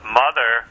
mother